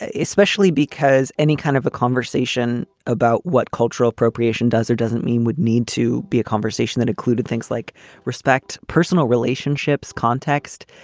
especially because any kind of a conversation about what cultural appropriation does or doesn't mean would need to be a conversation that included things like respect, personal relationships, context.